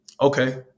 Okay